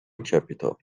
capital